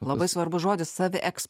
labai svarbus žodis savieks